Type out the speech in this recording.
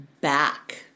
back